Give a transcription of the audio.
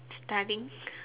studying